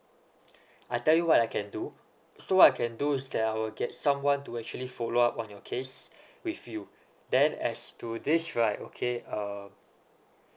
I tell you what I can do so I can do is that I'll get someone to actually follow up on your case with you then as to this right okay err